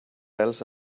else